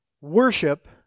worship